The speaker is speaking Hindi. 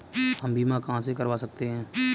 हम बीमा कहां से करवा सकते हैं?